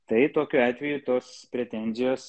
tai tokiu atveju tos pretenzijos